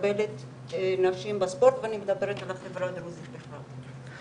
מקבלת נשים בספורט ואני מדברת על החברה הדרוזית בפרט.